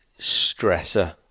stressor